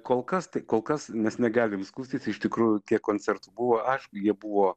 kol kas tai kol kas mes negalim skųstis iš tikrųjų kiek koncertų buvo aišku jie buvo